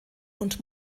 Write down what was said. und